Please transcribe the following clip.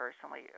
personally